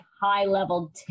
high-level